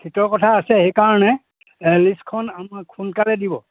ছীটৰ কথা আছে সেইকাৰণে লিষ্টখন আমাক সোনকালে দিব